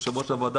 יושב ראש הוועדה,